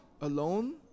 alone